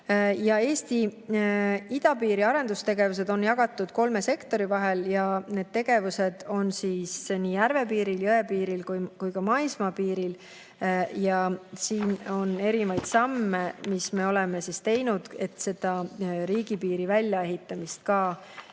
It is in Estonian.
Eesti idapiiri arendustegevused on jagatud kolme sektori vahel. Need tegevused on nii järvepiiril, jõepiiril kui ka maismaapiiril. Ja on olnud erinevaid samme, mis me oleme teinud, et riigipiiri väljaehitamist kiirendada.